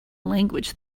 language